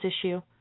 issue